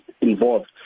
involved